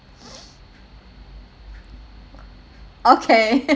okay